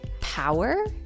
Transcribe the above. power